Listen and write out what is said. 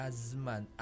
Azman